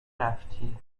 رفتی